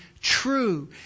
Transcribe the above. true